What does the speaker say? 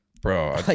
Bro